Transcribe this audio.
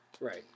Right